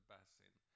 Basin